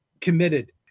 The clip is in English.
committed